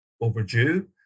overdue